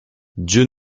dieu